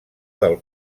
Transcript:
del